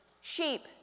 sheep